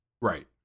Right